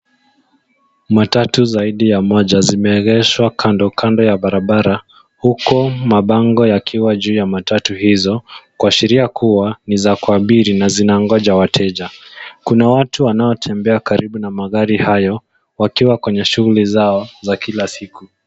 Matatu zaidi ya moja zimeegeshwa kando kando ya barabara huku mabango yakiwa juu ya matatu hizo kuashiria kuwa ni za kuabiri na zinangoja wateja. Kuna watu wanaotembea karibu na magari hayao wakiwa kwenye shughuli zao za kila siku.